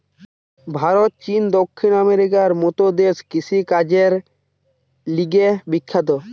ভারত, চীন, দক্ষিণ আমেরিকার মত দেশ কৃষিকাজের লিগে বিখ্যাত